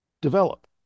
develop